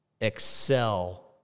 excel